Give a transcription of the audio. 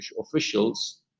officials